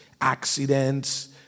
accidents